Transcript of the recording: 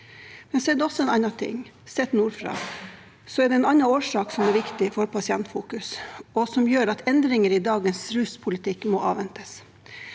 Sett nordfra er det en annen årsak som er viktig for Pasientfokus, og som gjør at endringer i dagens ruspolitikk må avventes.